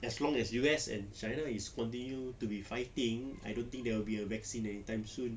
as long as U_S and china is continue to be fighting I don't think there will be a vaccine anytime soon